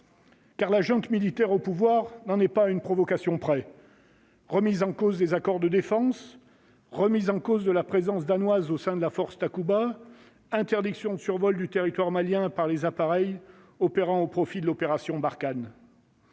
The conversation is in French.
Car la junte militaire au pouvoir, n'en est pas à une provocation près, remise en cause des accords de défense, remise en cause de la présence danoise au sein de la force Takuba interdiction de survol du territoire malien par les appareils opérant au profit de l'opération Barkhane.